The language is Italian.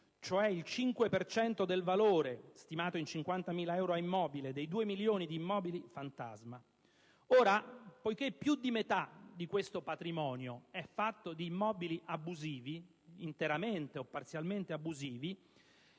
per cento del valore - stimato in 50.000 euro a immobile - dei due milioni di immobili fantasma. Ora, poiché più di metà di questo patrimonio è costituito da immobili abusivi interamente o parzialmente ,